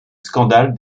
scandale